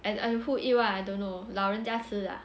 and and who eat what I don't know 老人家吃的 ah